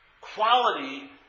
quality